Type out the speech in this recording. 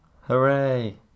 Hooray